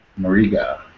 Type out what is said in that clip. Mariga